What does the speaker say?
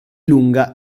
lunga